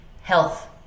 health